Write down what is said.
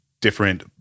different